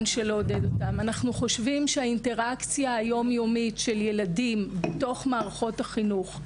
אנחנו חושבים שהאינטראקציה היום יומית של ילדים בתוך מערכות החינוך,